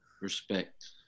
respect